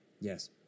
Yes